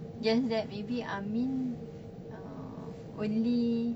just that maybe amin uh only